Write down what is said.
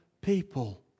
people